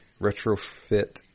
Retrofit